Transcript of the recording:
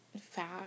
fat